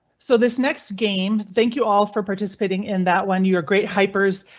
so this next game, thank you all for participating in that one. you are great hypers.